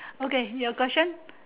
okay your question